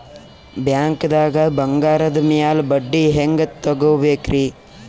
ಬ್ಯಾಂಕ್ದಾಗ ಬಂಗಾರದ್ ಮ್ಯಾಲ್ ಬಡ್ಡಿ ಹೆಂಗ್ ತಗೋಬೇಕ್ರಿ?